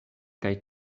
kaj